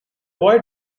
boy